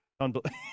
Unbelievable